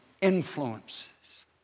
influences